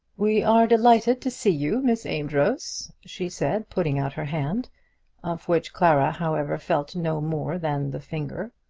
we are delighted to see you, miss amedroz, she said, putting out her hand of which clara, however, felt no more than the finger.